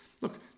look